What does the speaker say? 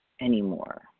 anymore